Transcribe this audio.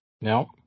No